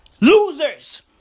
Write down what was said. losers